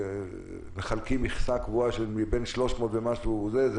מחלקים מכסה קבועה מבין 300 ומשהו אנשים.